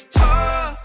talk